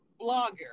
blogger